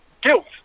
guilt